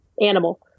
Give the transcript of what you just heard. animal